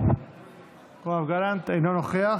אינו נוכח.